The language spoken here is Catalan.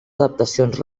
adaptacions